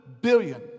billion